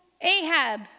Ahab